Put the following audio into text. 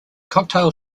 cocktail